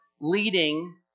leading